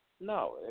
No